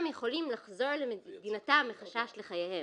יכולים לחזור למדינתם מחשש לחייהם.